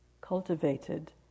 cultivated